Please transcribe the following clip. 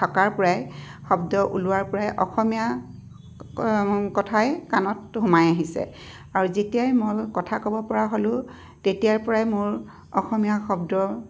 থকাৰ পৰাই শব্দ ওলোৱাৰ পৰাই অসমীয়া কথাই কাণত সোমাই আহিছে আৰু যেতিয়াই মই অলপ কথা ক'ব পৰা হ'লোঁ তেতিয়াৰ পৰাই মোৰ অসমীয়া শব্দ